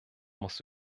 muss